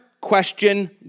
question